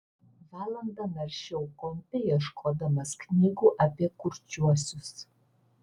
valandą naršiau kompe ieškodamas knygų apie kurčiuosius